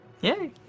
Yay